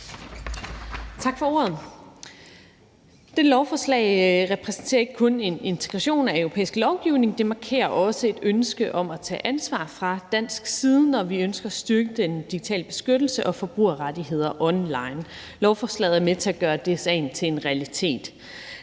Tak for ordet. Dette lovforslag repræsenterer ikke kun en integration af europæisk lovgivning, det markerer også et ønske fra dansk side om at tage ansvar for at styrke den digitale beskyttelse og forbrugerrettigheder online. Lovforslaget er med til at gøre det til en realitet.